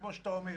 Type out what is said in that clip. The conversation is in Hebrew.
כמו שאתה אומר.